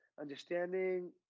understanding